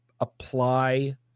apply